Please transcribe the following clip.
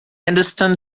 understand